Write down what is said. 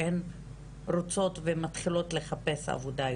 שהן רוצות ומתחילות יותר לחפש עבודה.